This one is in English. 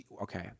okay